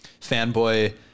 fanboy